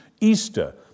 Easter